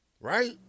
right